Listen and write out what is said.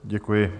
Děkuji.